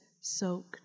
soaked